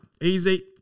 Easy